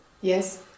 Yes